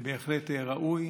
זה בהחלט ראוי.